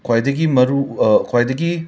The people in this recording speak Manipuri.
ꯈ꯭ꯋꯥꯏꯗꯒꯤ ꯃꯔꯨ ꯈ꯭ꯋꯥꯏꯗꯒꯤ